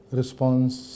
response